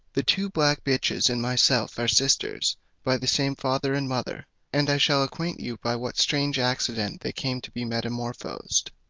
the two black bitches and myself are sisters by the same father and mother and i shall acquaint you by what strange accident they came to be metamorphosed.